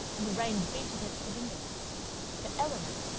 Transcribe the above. and the rain beat against the windows but elinor,